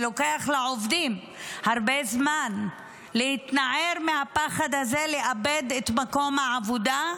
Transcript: לוקח לעובדים הרבה זמן להתנער מהפחד לאבד את מקום העבודה,